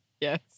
Yes